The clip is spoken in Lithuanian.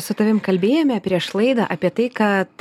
su tavim kalbėjome prieš laidą apie tai kad